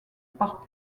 par